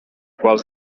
quals